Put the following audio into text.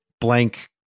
blank